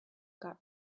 got